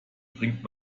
bringt